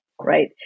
right